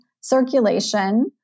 circulation